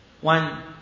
One